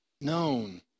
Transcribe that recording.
known